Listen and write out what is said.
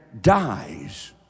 dies